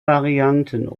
varianten